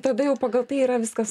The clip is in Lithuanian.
tada jau pagal tai yra viskas